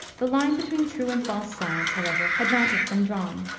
the line between true and false science, however, had not yet been drawn.